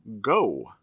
go